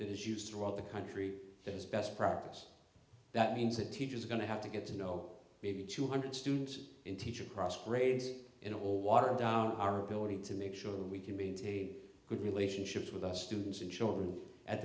that is used throughout the country that is best practice that means that teachers are going to have to get to know maybe two hundred students in teacher across grades in all watered down our ability to make sure that we can maintain good relationships with us students and children at